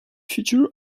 future